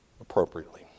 appropriately